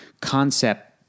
concept